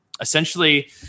essentially